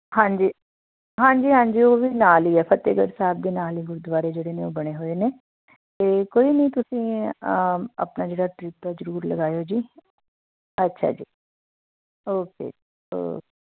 ਹਾਂਜੀ ਹਾਂਜੀ ਹਾਂਜੀ ਉਹ ਵੀ ਨਾਲ ਹੀ ਆ ਫਤਿਹਗੜ੍ਹ ਸਾਹਿਬ ਦੇ ਨਾਲ ਹੀ ਗੁਰਦੁਆਰੇ ਜਿਹੜੇ ਨੇ ਉਹ ਬਣੇ ਹੋਏ ਨੇ ਅਤੇ ਕੋਈ ਨਹੀਂ ਤੁਸੀਂ ਆਪਣਾ ਜਿਹੜਾ ਟ੍ਰਿਪ ਹੈ ਉਹ ਜ਼ਰੂਰ ਲਗਾਇਓ ਜੀ ਅੱਛਾ ਜੀ ਓਕੇ ਓਕੇ